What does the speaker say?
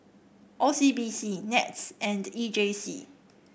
O C B C NETS and E J C